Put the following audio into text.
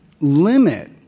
limit